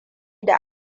da